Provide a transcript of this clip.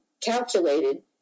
calculated